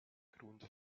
grund